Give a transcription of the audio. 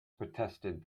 protested